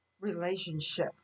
relationship